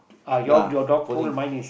ya pulling